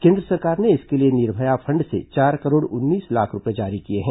कोन्द्र सरकार ने इसके लिए निर्भया फंड से चार करोड़ उन्नीस लाख रूपये जारी किए हैं